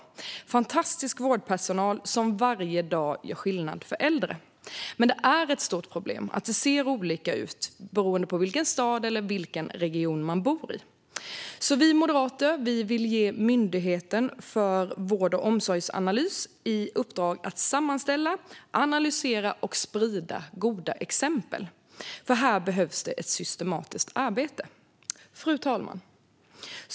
Det finns fantastisk vårdpersonal som varje dag gör skillnad för äldre. Men det är ett stort problem att det ser olika ut beroende på vilken stad eller vilken region man bor i. Vi moderater vill därför ge Myndigheten för vård och omsorgsanalys i uppdrag att sammanställa, analysera och sprida goda exempel. Här behövs ett systematiskt arbete. Fru talman!